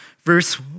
Verse